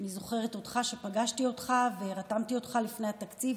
אני זוכרת שפגשתי אותך ורתמתי אותך לפני התקציב.